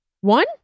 One